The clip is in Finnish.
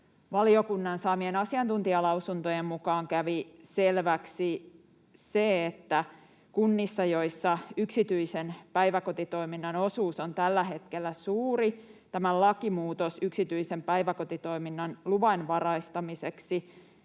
valiokunnan saamien asiantuntijalausuntojen mukaan kävi selväksi, että kunnissa, joissa yksityisen päiväkotitoiminnan osuus on tällä hetkellä suuri, tämä lakimuutos yksityisen päiväkotitoiminnan luvanvaraistamiseksi